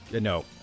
No